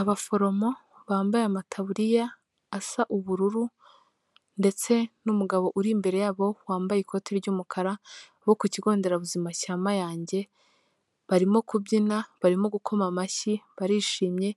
Abaforomo bambaye amataburiya asa ubururu ndetse n'umugabo uri imbere yabo wambaye ikoti ry'umukara bo ku kigo nderabuzima cya Mayange. Barimo kubyina, barimo gukoma amashyi, barishimye.